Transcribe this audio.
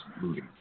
movie